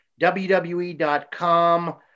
WWE.com